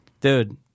Dude